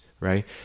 Right